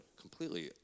completely